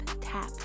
tap